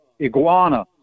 iguana